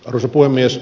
arvoisa puhemies